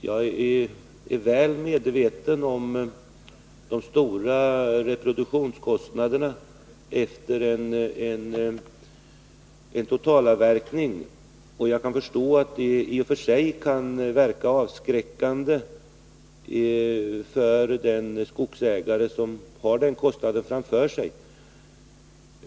Jag är väl medveten om de stora reproduktionskostnaderna efter en totalavverkning, och jag kan förstå att de i och för sig kan te sig avskräckande för den skogsägare som har sådana kostnader framför sig.